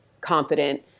confident